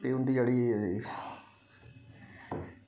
एह् उं'दी जेह्ड़ी